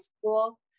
school